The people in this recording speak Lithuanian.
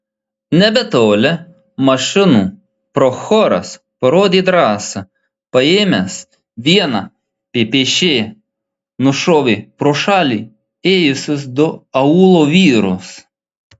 nebetoli mašinų prochoras parodė drąsą paėmęs vieną ppš nušovė pro šalį ėjusius du aūlo vyrus